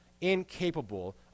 incapable